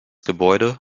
gebäude